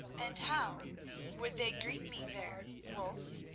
and how would they greet me there, wulf,